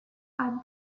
are